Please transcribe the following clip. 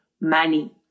Money